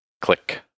click